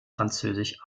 französisch